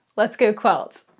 let's go quilt!